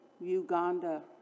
Uganda